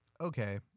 Okay